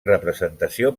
representació